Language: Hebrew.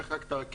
למשל,